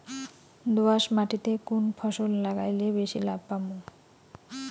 দোয়াস মাটিতে কুন ফসল লাগাইলে বেশি লাভ পামু?